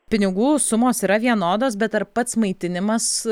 pinigų sumos yra vienodos bet ar pats maitinimas